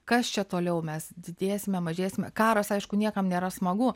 kas čia toliau mes didėsime mažėsime karas aišku niekam nėra smagu